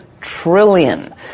trillion